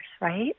right